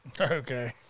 Okay